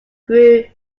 grew